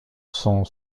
son